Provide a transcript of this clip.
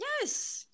yes